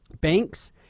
banks